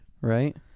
Right